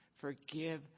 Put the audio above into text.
Forgive